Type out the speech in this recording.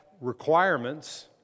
requirements